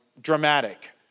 dramatic